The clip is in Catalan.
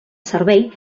servei